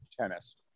tennis